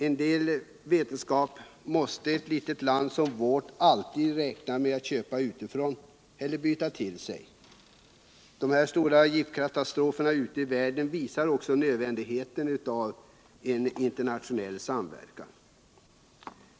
En del vetenskap måste vårt land alltid räkna med att kunna köpa utifrån eller byta till sig. De stora giftkatastroferna ute i världen visar nödvändigheten av internationell samverkan.